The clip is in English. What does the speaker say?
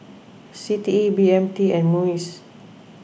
C T E B M T and Muis